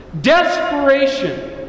desperation